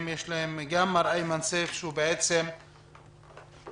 אנחנו רוצים לשמוע ממך על הצרכים המיוחדים של הרשויות המקומיות הערביות,